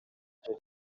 icyo